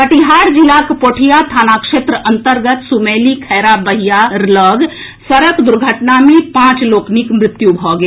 कटिहार जिलाक पोठिया थाना क्षेत्रक अंतर्गत समेली खैरा बहियार लऽग सड़क दुर्घटना मे पांच लोकनिक मृत्यु भऽ गेल